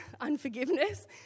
unforgiveness